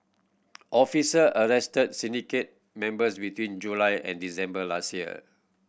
officer arrested syndicate members between July and December last year